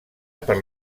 per